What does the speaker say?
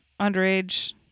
underage